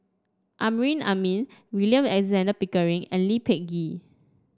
Amrin Amin William Alexander Pickering and Lee Peh Gee